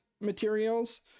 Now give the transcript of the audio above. materials